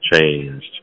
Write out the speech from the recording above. changed